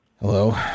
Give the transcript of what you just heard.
Hello